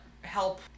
help